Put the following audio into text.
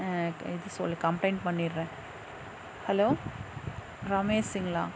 இப்போ இது சொல் கம்ப்ளைண்ட் பண்ணிடுறேன் ஹலோ ரமேஸுங்களா